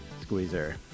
Squeezer